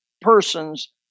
person's